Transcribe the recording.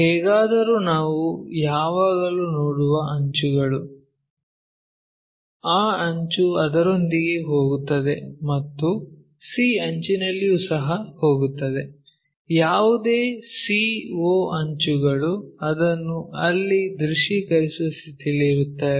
ಹೇಗಾದರೂ ನಾವು ಯಾವಾಗಲೂ ನೋಡುವ ಅಂಚುಗಳು ಆ ಅಂಚು ಅದರೊಂದಿಗೆ ಹೋಗುತ್ತದೆ ಮತ್ತು c ಅಂಚಿನಲ್ಲಿಯೂ ಸಹ ಹೋಗುತ್ತದೆ ಯಾವುದೇ c o ಅಂಚುಗಳು ಅದನ್ನು ಅಲ್ಲಿ ದೃಶ್ಯೀಕರಿಸುವ ಸ್ಥಿತಿಯಲ್ಲಿರುತ್ತೇವೆ